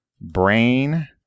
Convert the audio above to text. Brain